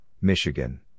Michigan